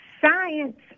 science